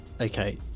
okay